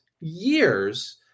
years